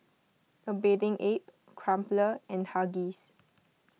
A Bathing Ape Crumpler and Huggies